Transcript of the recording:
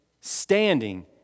standing